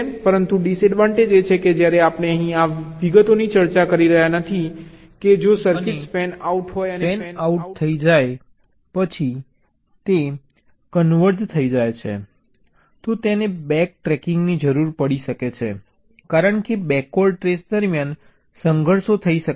પરંતુ ડીસએડવાન્ટેજ એ છે કે જ્યારે આપણે અહીં આ વિગતોની ચર્ચા કરી રહ્યા નથી કે જો સર્કિટમાં ફેન આઉટ હોય અને ફેન આઉટ થઈ જાય પછી તે ફરીથી કન્વર્જ થઈ રહ્યો હોય તો તેને બેક ટ્રેકિંગની જરૂર પડી શકે છે કારણ કે બેકવર્ડ ટ્રેસ દરમિયાન સંઘર્ષો થઈ શકે છે